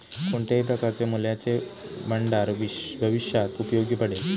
कोणत्याही प्रकारचे मूल्याचे भांडार भविष्यात उपयोगी पडेल